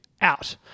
out